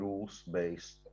rules-based